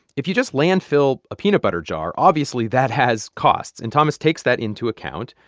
if you just landfill a peanut butter jar, obviously that has costs, and thomas takes that into account.